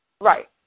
Right